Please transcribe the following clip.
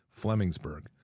Flemingsburg